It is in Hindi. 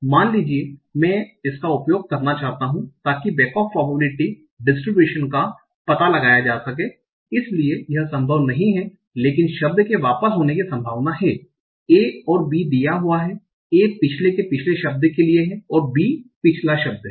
मान लीजिए मैं इसका उपयोग करना चाहता हूं ताकि बैक ऑफ प्रॉबबिलिटि डिस्ट्रीब्यूशन का पता लगाया जा सके इसलिए यह संभव नहीं है लेकिन शब्द के वापस होने की संभावना है a और b दिया a पिछले के पिछले शब्द के लिए है और b पिछला शब्द है